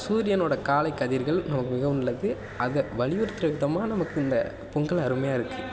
சூரியனோட காலைக்கதிர்கள் நமக்கு மிகவும் உள்ளது அத வலியுறுத்துற விதமாக நமக்கு இந்த பொங்கலை அருமையாக இருக்கு